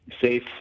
safe